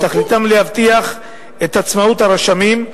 תכליתם להבטיח את עצמאות הרשמים,